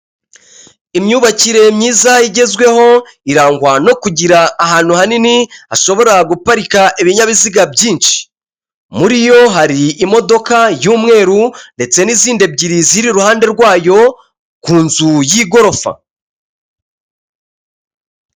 Imyubakire myiza igezweho irangwa no kugira ahantu hanini hashobora guparika ibinyabiziga byinshi muri yo hari imodoka y'umweru ndetse n'izindi ebyiri ziri iruhande rwayo ku nzu y'igorofa.